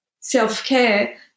self-care